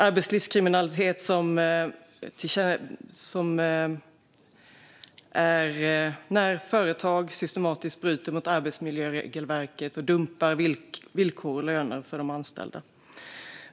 Arbetslivskriminalitet handlar om att företag systematiskt bryter mot arbetsmiljöregelverket och dumpar villkor och löner för de anställda.